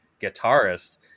guitarist